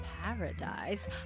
paradise